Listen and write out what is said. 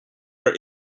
are